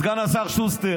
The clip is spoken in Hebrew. הליכוד מברך על כל חייל בצה"ל,